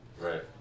Right